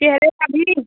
चेहरे का भी